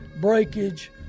breakage